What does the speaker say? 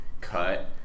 cut